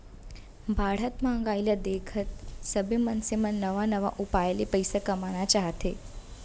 बाढ़त महंगाई ल देखत सबे मनसे मन नवा नवा उपाय ले पइसा कमाना चाहथे